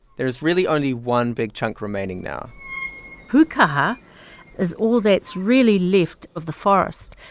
there's really only one big chunk remaining now pukaha is all that's really left of the forest.